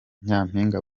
nyampinga